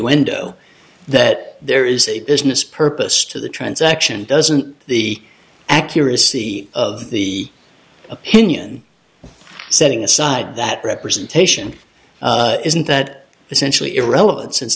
window that there is a business purpose to the transaction doesn't the accuracy of the opinion setting aside that representation isn't that essentially irrelevant since